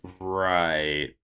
Right